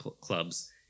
clubs